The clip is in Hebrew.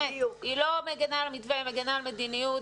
היא לא מגינה על המתווה, היא מגינה על מדיניות.